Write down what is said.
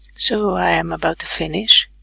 so, i am about to finish